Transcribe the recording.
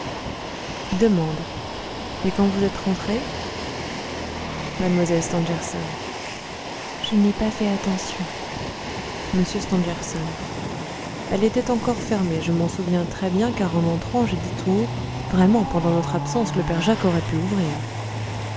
et quand vous êtes rentrés mlle stangerson je n'ai pas fait attention m stangerson elle était encore fermée je m'en souviens très bien car en rentrant j'ai dit tout haut vraiment pendant notre absence le père jacques aurait pu ouvrir